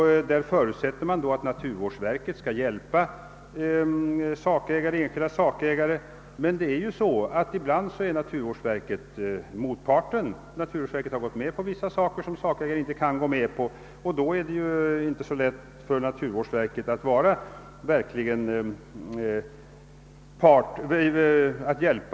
I propositionen förutsättes att naturvårdsverket skall hjälpa enskilda sakägare, men ibland är ju naturvårdsverket motparten. Naturvårdsverket kan ha gjort vissa medgivanden som sakägaren inte kan acceptera, och då är det inte så lätt för naturvårdsverket att lämna sådan hjälp.